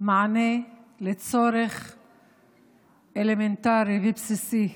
מענה על צורך אלמנטרי, בסיסי,